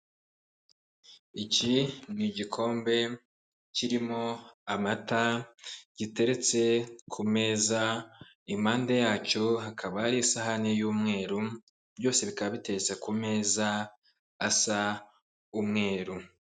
Iki ni igikombe kirimo amata, giteretse ku meza, impande yacyo hakaba hari isahane y'umweru, byose bikaba biteretse ku meza asa umweru.